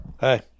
Hey